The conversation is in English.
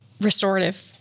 restorative